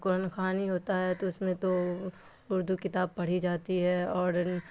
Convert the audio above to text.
قرآن خوانی ہوتا ہے تو اس میں تو اردو کتاب پڑھی جاتی ہے اور